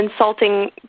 insulting